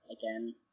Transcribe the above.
again